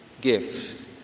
gift